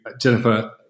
Jennifer